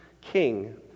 King